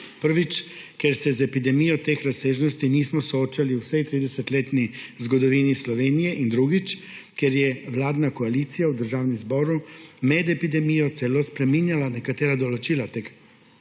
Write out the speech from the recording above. Prvič, ker se z epidemijo teh razsežnosti nismo soočali v vsej v 30-letni zgodovini Slovenije, in drugič, ker je vladna koalicija v Državnem zboru med epidemijo celo spreminjala nekatera določila tega